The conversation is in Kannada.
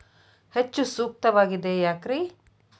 ಹೆಚ್ಚು ಸೂಕ್ತವಾಗಿದೆ ಯಾಕ್ರಿ?